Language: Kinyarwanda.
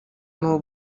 n’u